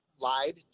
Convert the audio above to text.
lied